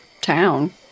town